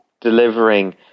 delivering